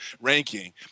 ranking